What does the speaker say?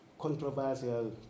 controversial